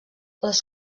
les